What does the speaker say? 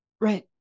Right